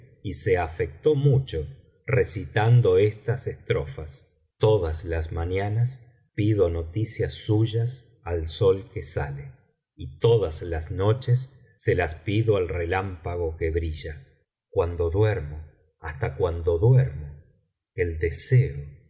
y se afectó mucho recitando estas estrofas todas las mañanas pido noticias suyas al sol que sale y todas las noches se lapido al relámpayo que brilla cuando duermo hasta cuando duermo el deseo